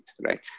right